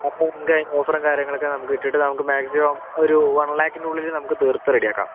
അപ്പോൾ നിങ്ങൾക്ക് അതിന്റെ ഓഫറും കാര്യങ്ങളൊക്കെ നമുക്ക് ഇട്ടിട്ട് നമുക്ക് മാക്സിമം ഒരു വൺ ലാക്കിന്റെ ഉള്ളിൽ നമുക്ക് തീർത്ത് റെഡിയാക്കാം